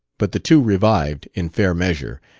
but the two revived, in fair measure,